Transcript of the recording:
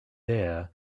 there